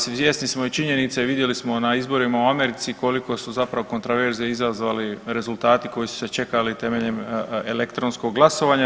Svjesni smo i činjenice, vidjeli smo na izborima u Americi koliko su zapravo kontraverze izazvali rezultati koji su se čekali temeljem elektronskog glasovanja.